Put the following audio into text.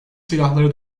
silahları